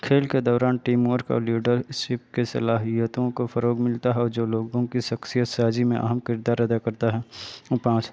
کھیل کے دوران ٹیم ورک اور لیڈر شپ کے صلاحیتوں کو فروغ ملتا ہے اور جو لوگوں کی شخصیت سازی میں اہم کردار ادا کرتا ہے پانچ